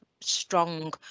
strong